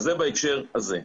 זה בהקשר הזה.